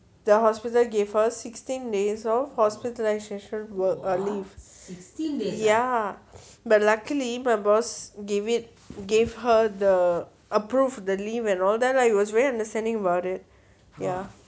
the hospital gave her sixteen days of hospitalisation work or leave ya but luckily my boss give it gave her the approved the leave and all that lah like he was very understanding about it ya